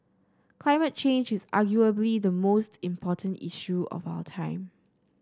climate change is arguably the most important issue of our time